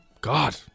God